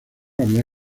había